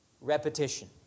repetition